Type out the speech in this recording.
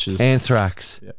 anthrax